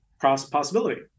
possibility